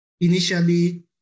initially